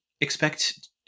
expect